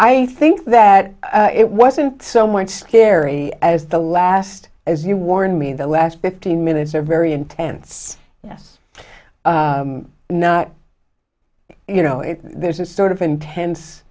i think that it wasn't so much scary as the last as you warn me the last fifteen minutes are very intense yes not you know if there's a sort of intense